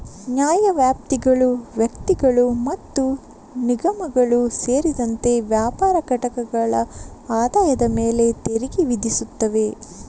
ನ್ಯಾಯವ್ಯಾಪ್ತಿಗಳು ವ್ಯಕ್ತಿಗಳು ಮತ್ತು ನಿಗಮಗಳು ಸೇರಿದಂತೆ ವ್ಯಾಪಾರ ಘಟಕಗಳ ಆದಾಯದ ಮೇಲೆ ತೆರಿಗೆ ವಿಧಿಸುತ್ತವೆ